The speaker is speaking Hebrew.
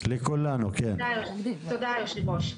תודה היושב ראש.